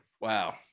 Wow